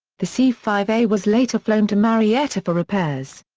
the c five a was later flown to marietta for repairs.